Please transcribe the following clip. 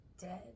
dead